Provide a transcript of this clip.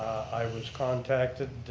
i was contacted